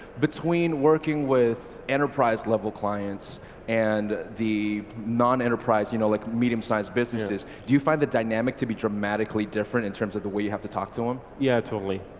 between working with enterprise level clients and the non-enterprise, you know like medium-sized businesses, do you find the dynamic to be dramatically different in terms of the way you have to talk to them? um yeah totally.